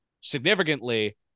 significantly